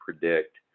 predict